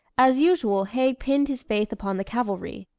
as usual haig pinned his faith upon the cavalry.